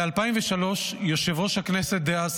ב-2003 יושב-ראש הכנסת דאז,